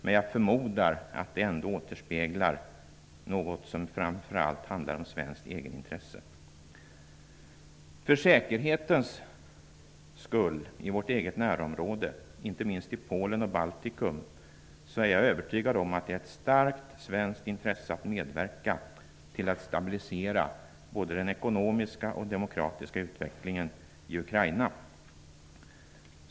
Men jag förmodar att det ändå återspeglar något som framför allt handlar om svenskt egenintresse. För säkerheten i vårt eget närområdes skull, inte minst i Polen och Baltikum, är jag övertygad om att det är ett starkt svenskt intresse att medverka till att stabilisera både den ekonomiska och den demokratiska utvecklingen i Ukraina.